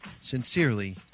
Sincerely